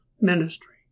ministry